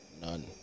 None